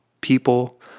people